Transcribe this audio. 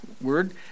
word